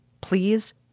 Please